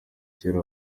kera